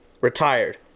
Retired